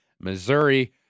Missouri